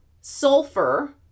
Sulfur